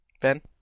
Ben